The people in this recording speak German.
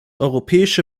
europäische